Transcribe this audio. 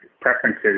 preferences